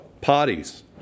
parties